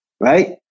Right